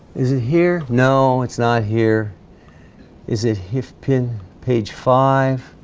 is it here no, it's not here is it if pin page five